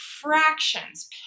fractions